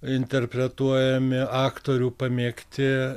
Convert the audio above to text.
interpretuojami aktorių pamėgti